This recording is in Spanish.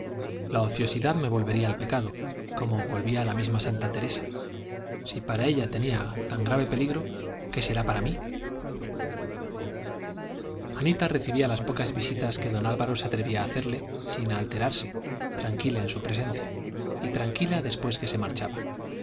la ociosidad me volvería al pecado como volvía a la misma santa teresa si para ella tenía tan grave peligro qué será para mí anita recibía las pocas visitas que don álvaro se atrevía a hacerle sin alterarse tranquila en su presencia y tranquila después que se marchaba